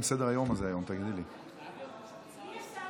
שר